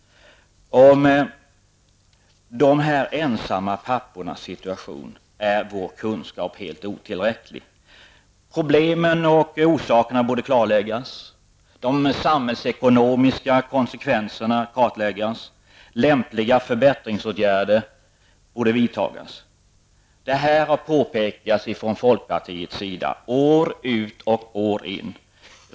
Vår kunskap om de ensamma pappornas situation är helt otillräcklig. Problemen, orsakerna och de samhällsekonomiska konsekvenserna borde kartläggas och lämpliga förbättringsåtgärder vidtas. Detta har påpekats från folkpartiets sida år ut och år in.